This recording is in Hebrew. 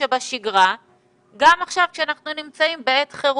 שבשגרה גם עכשיו כשאנחנו נמצאים בעת חירום,